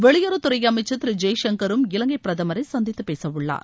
வெளியுறவுத்துறை அமைச்சர் திரு ஜெய்சங்கரும் இலங்கை பிரதமரை சந்தித்து பேசவுள்ளார்